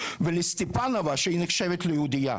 ולסטיפנבה שהיא נחשבת יהודייה?